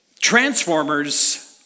Transformers